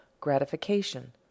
gratification